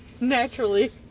naturally